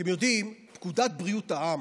אתם יודעים, פקודת בריאות העם,